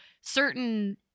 certain